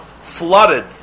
flooded